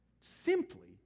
simply